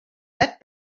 that